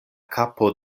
kapo